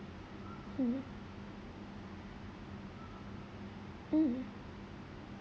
mm mm